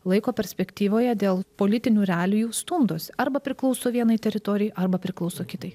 laiko perspektyvoje dėl politinių realijų stumdosi arba priklauso vienai teritorijai arba priklauso kitai